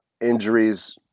injuries